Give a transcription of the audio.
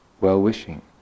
well-wishing